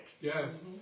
Yes